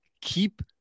keep